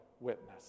witness